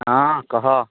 ହଁ କହ